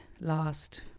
last